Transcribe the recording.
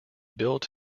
built